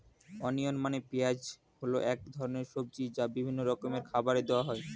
onion মানে পেঁয়াজ হল এক ধরনের সবজি যা বিভিন্ন রকমের খাবারে দেওয়া হয়